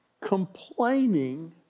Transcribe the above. complaining